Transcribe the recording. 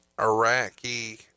Iraqi